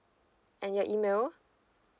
and your email